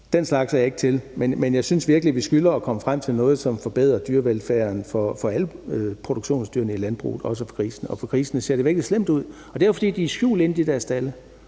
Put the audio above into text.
Den slags er jeg ikke til. Men jeg synes virkelig, vi skylder at komme frem til noget, som forbedrer dyrevelfærden for alle produktionsdyrene i landbruget, også for grisene. For grisene ser det rigtig slemt ud, og det er jo, fordi de er skjult inde i de der stalde.